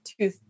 two